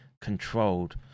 controlled